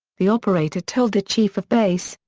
the operator told the chief of base,